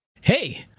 Hey